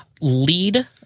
Lead